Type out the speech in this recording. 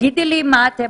תגידי לי מה אתם